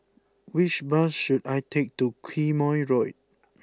which bus should I take to Quemoy Road